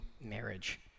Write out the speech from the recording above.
marriage